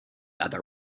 other